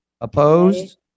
Opposed